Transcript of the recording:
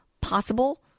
possible